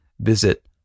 visit